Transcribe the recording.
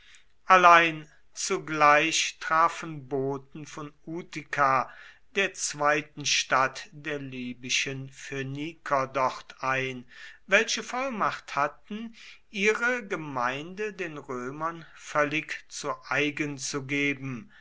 allein zugleich trafen boten von utica der zweiten stadt der libyschen phöniker dort ein welche vollmacht hatten ihre gemeinde den römern völlig zu eigen zu geben